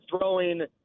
throwing –